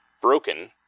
Broken